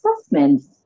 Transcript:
assessments